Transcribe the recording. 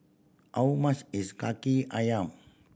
how much is Kaki Ayam